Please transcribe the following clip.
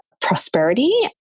prosperity